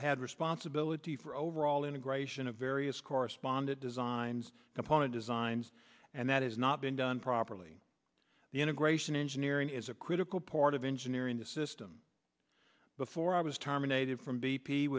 had responsibility for overall integration of various corresponded designs component designs and that is not been done properly the integration engineering is a critical part of engineering the system before i was terminated from b